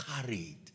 carried